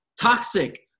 toxic